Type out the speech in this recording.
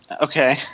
Okay